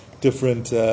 different